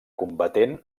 combatent